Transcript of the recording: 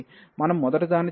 మనము మొదటిదాన్ని తీసుకుంటాము